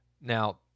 Now